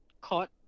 caught